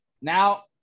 now